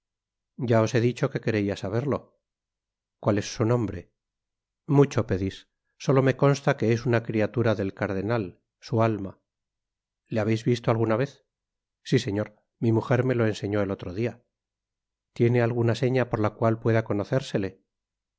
ya os he dicho que creia saberlo cual es su nombre mucho pedis solo me consta que es una criatura del cardenal su alma le habeis visto alguna vez si señor mi mujer me lo enseñó el otro dia tiene alguna seña por la cual pueda conocérsele